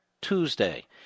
Tuesday